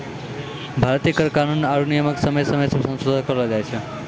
भारतीय कर कानून आरु नियमो के समय समय पे संसोधन करलो जाय छै